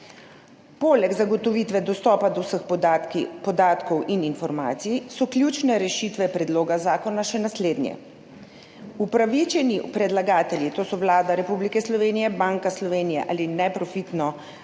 Poleg zagotovitve dostopa do vseh podatkov in informacij so ključne rešitve predloga zakona še naslednje – upravičeni predlagatelji, to so Vlada Republike Slovenije, Banka Slovenije ali neprofitno